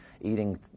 eating